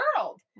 world